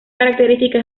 característica